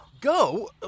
Go